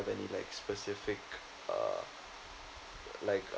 any like specific uh like